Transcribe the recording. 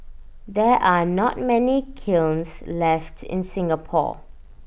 there are not many kilns left in Singapore